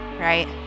right